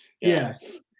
Yes